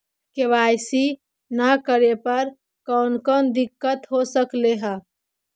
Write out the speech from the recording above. KYC न करे पर कौन कौन दिक्कत हो सकले हे?